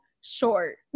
short